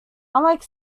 unlike